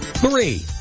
Three